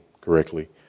correctly